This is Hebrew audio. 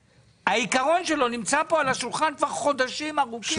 העיקרון של החוק הזה נמצא על השולחן כבר חודשים ארוכים.